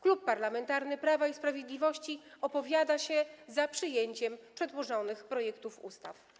Klub Parlamentarny Prawo i Sprawiedliwość opowiada się za przyjęciem przedłożonych projektów ustaw.